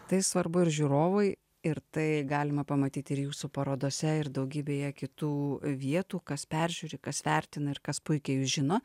tai svarbu ir žiūrovui ir tai galima pamatyti ir jūsų parodose ir daugybėje kitų vietų kas peržiūri kas vertina ir kas puikiai jus žino